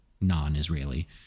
non-Israeli